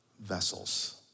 Vessels